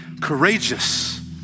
courageous